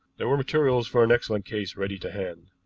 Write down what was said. there were materials for an excellent case ready to hand.